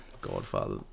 Godfather